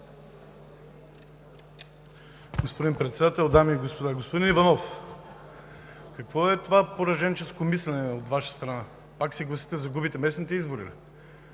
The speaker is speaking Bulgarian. Господин Председател, дами и господа! Господин Иванов, какво е това пораженческо мислене от Ваша страна? Пак се гласите да загубите местните избори